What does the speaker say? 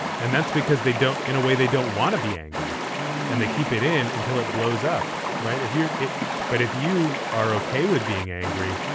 and that's because they don't in a way, they don't want to be angry and they keep it in until it blows up. right. if you're. but if you are okay with being angry,